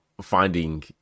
finding